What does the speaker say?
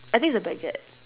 I think it's a baguette